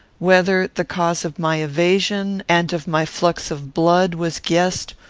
whether the cause of my evasion, and of my flux of blood, was guessed,